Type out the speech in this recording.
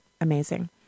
Amazing